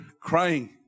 crying